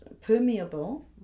permeable